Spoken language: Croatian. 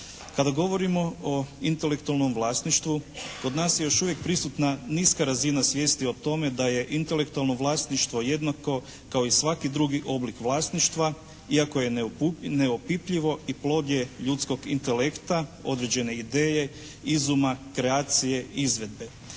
Kada govorimo o intelektualnom vlasništvu kod nas je još uvijek prisutna niska razina svijesti o tome da je intelektualno vlasništvo jednako kao i svaki drugi oblik vlasništva iako je neopipljivo i plod je ljudskog intelekta, određene ideje, izuma, kreacije, izvedbe.